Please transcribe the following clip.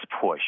push